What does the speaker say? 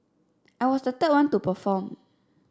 I was the third one to perform